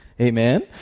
Amen